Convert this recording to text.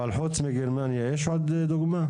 אבל חוץ מגרמניה יש עוד דוגמה?